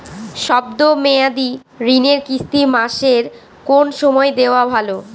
শব্দ মেয়াদি ঋণের কিস্তি মাসের কোন সময় দেওয়া ভালো?